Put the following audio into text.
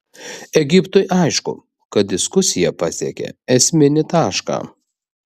egiptui aišku kad diskusija pasiekė esminį tašką